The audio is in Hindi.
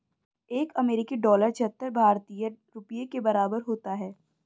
एक अमेरिकी डॉलर छिहत्तर भारतीय रुपये के बराबर होता है